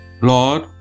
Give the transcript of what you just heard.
Lord